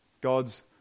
God's